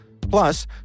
Plus